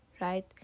right